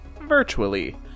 virtually